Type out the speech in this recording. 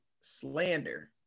slander